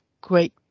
great